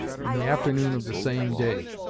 in the afternoon of the same day.